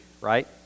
right